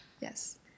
yes